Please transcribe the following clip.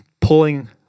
pulling